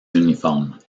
uniformes